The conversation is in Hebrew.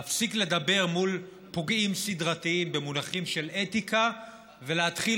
להפסיק לדבר מול פוגעים סדרתיים במונחים של אתיקה ולהתחיל